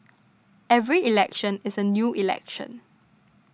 every election is a new election